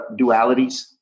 dualities